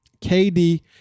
KD